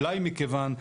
אולי מכיוון,